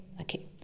Okay